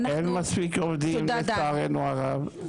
אין מספיק עובדים לצערנו הרב,